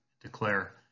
declare